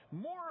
more